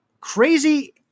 crazy